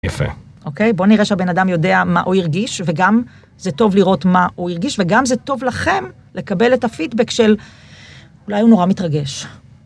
יפה. אוקיי, בוא נראה שהבן אדם יודע מה.. או הרגיש וגם זה טוב לראות מה הוא הרגיש וגם זה טוב לכם לקבל את הפידבק של אולי הוא נורא מתרגש.